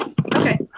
okay